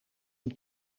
een